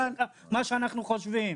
מה שאנחנו חושבים.